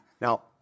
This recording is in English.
Now